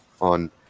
on